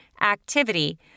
activity